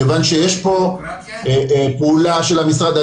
מכיוון שיש פה פעולה של המשרד.